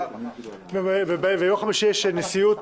ביום חמישי יש נשיאות,